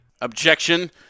Objection